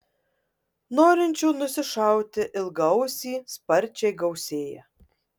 norinčių nusišauti ilgaausį sparčiai gausėja